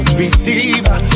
receiver